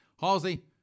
Halsey